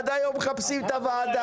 עד היום מחפשים את הוועדה.